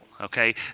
Okay